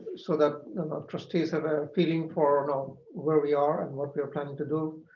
so that the trustees have a feeling for and um where we are and what we're planning to do,